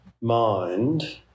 mind